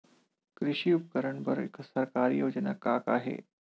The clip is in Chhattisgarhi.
कृषि उपकरण बर सरकारी योजना का का हे?